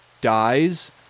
dies